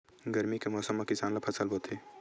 गरमी के मौसम मा किसान का फसल बोथे?